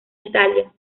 italia